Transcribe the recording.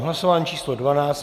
Hlasování číslo 12.